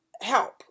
help